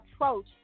approach